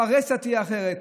הפרהסיה תהיה אחרת.